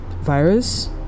virus